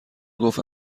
گفت